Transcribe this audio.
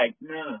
no